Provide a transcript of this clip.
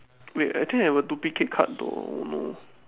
wait I think I have a duplicate card don't know